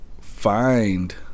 find